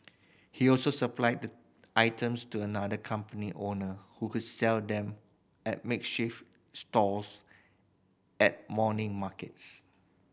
he also supplied the items to another company owner who would sell them at makeshift stalls at morning markets